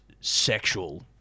sexual